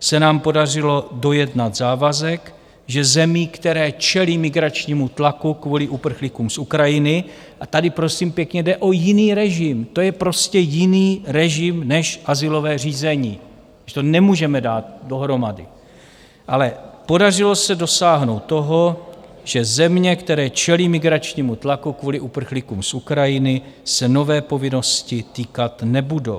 se nám podařilo dojednat závazek, že zemí, které čelí migračnímu tlaku kvůli uprchlíkům z Ukrajiny a tady prosím pěkně jde o jiný režim, to je prostě jiný režim než azylové řízení, takže to nemůžeme dát dohromady ale podařilo se dosáhnout toho, že zemí, které čelí migračnímu tlaku kvůli uprchlíkům z Ukrajiny, se nové povinnosti týkat nebudou.